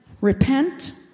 Repent